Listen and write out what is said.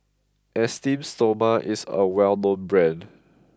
Esteem Stoma is a well known brand